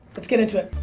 let's get into it.